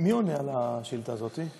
מי עונה על השאילתה הזאת?